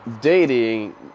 Dating